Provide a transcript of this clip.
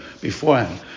beforehand